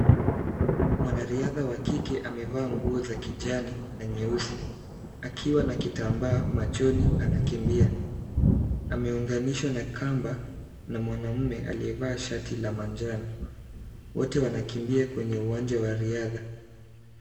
Mwanariadha wa kike amevaa nguo za kijani na nyeusi, akiwa na kitambaa machoni anakimbia. Ameunganishwa na kamba na mwanamume aliyevaa shati la manjano. Wote wanakimbia kwenye uwanja wa riadha.